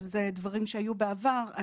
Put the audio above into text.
שזה דברים שהיו בעבר.